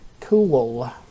Cool